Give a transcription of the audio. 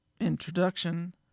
introduction